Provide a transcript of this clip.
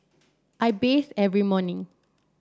I bathe every morning